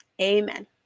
amen